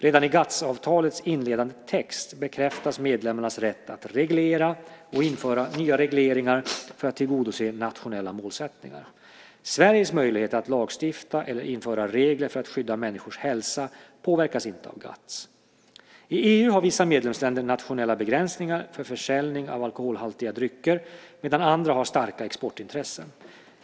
Redan i GATS-avtalets inledande text bekräftas medlemmarnas rätt att reglera och införa nya regleringar för att tillgodose nationella målsättningar. Sveriges möjligheter att lagstifta eller införa regler för att skydda människors hälsa påverkas inte av GATS. I EU har vissa medlemsländer nationella begränsningar för försäljning av alkoholhaltiga drycker medan andra har starka exportintressen.